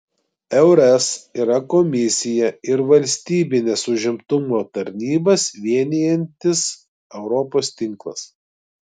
eures yra komisiją ir valstybines užimtumo tarnybas vienijantis europos tinklas